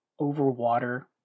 overwater